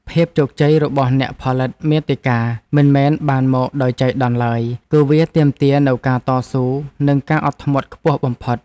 ភាពជោគជ័យរបស់អ្នកផលិតមាតិកាមិនមែនបានមកដោយចៃដន្យឡើយ គឺវាទាមទារនូវការតស៊ូនិងការអត់ធ្មត់ខ្ពស់បំផុត។